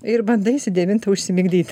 ir bandaisi devintą užsimigdyt